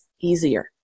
easier